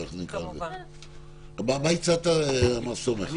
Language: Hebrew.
מה הצעת, מר סומך?